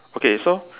okay so